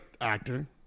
actor